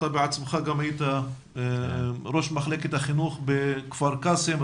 אתה בעצמך היית גם ראש מחלקת החינוך בכפר קאסם,